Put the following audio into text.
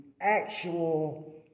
actual